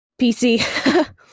PC